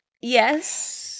Yes